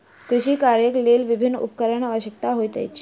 कृषि कार्यक लेल विभिन्न उपकरणक आवश्यकता होइत अछि